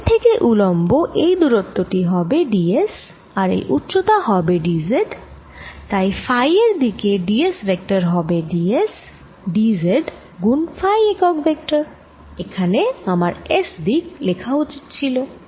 phi থেকে উলম্ব এই দুরত্ব টি হবে d s আর এই উচ্চতা হবে d z তাই ফাই এর দিকে d s ভেক্টর হবে d s d zগুণ ফাই একক ভেক্টর এখানে আমার S দিক লিখা উচিত ছিল